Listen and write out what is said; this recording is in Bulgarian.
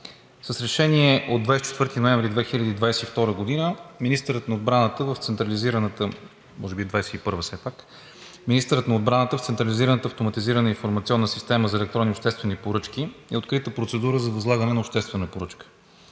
С Решение от 24 ноември 2021 г. министърът на отбраната в централизираната автоматизирана информационна система за електронни обществени поръчки е открита процедура за възлагане на обществена поръчка